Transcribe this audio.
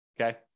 Okay